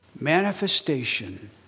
Manifestation